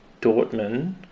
Dortmund